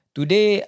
Today